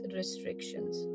restrictions।